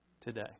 today